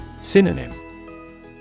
Synonym